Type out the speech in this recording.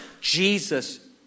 Jesus